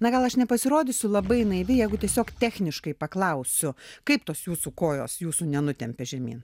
na gal aš nepasirodysiu labai naivi jeigu tiesiog techniškai paklausiu kaip tos jūsų kojos jūsų nenutempia žemyn